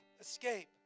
escape